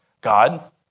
God